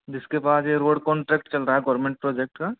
जिसके पास ये रोड कॉन्ट्रैक्ट चल रहा है गवर्मेंट प्रोजेक्ट का